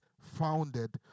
founded